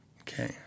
Okay